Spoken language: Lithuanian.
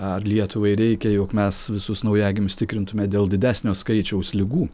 ar lietuvai reikia jog mes visus naujagimius tikrintume dėl didesnio skaičiaus ligų